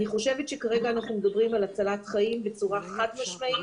אני חושבת שכרגע אנחנו על הצלת חיים בצורה חד-משמעית.